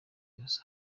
yose